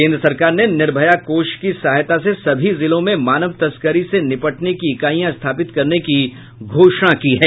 केंद्र सरकार ने निर्भया कोष की सहायता से सभी जिलों में मानव तस्करी से निपटने की इकाईयां स्थापित करने की घोषणा की है